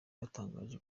yatangaje